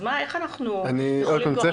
אז איך אנחנו יכולים כבר לצאת לדרך?